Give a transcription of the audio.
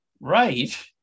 right